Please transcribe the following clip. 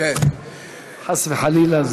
חס וחלילה.